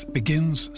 begins